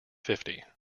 fifty